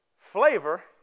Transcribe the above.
flavor